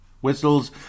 whistles